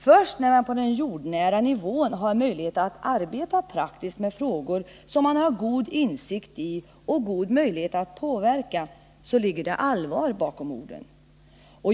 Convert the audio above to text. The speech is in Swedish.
Först när man på den jordnära nivån har möjlighet att arbeta praktiskt med frågor som man har god insikt i och god möjlighet att påverka ligger det allvar bakom orden.